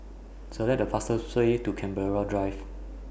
Select The fastest Way to Canberra Drive